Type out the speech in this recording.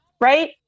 right